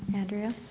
andrea?